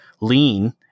lean